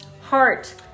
heart